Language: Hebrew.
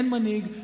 אין מנהיג.